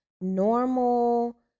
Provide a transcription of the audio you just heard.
normal